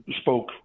spoke